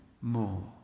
more